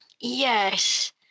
Yes